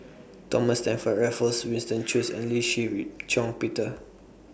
Thomas Stamford Raffles Winston Choos and Lee Shih Shiong Peter